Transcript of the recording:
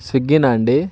స్విగ్గీనా అండి